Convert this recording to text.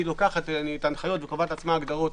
לוקחת את ההנחיות וקובעת לעצמה הגדרות.